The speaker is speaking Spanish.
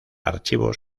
archivos